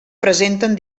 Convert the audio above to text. presenten